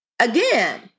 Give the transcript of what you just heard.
again